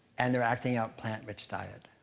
and they're acting out plant-rich diet.